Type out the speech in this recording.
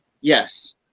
yes